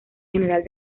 general